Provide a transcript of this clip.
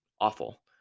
awful